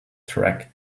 track